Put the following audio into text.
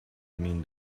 mean